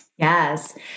Yes